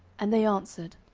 and they answered,